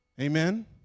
Amen